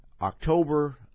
October